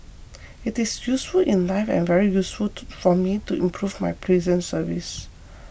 it is useful in life and very useful to for me to improve my prison service